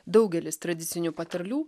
daugelis tradicinių patarlių